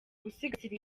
gusigasira